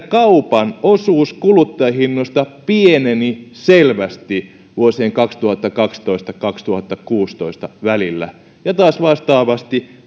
kaupan osuus kuluttajahinnoista pieneni selvästi vuosien kaksituhattakaksitoista ja kaksituhattakuusitoista välillä ja taas vastaavasti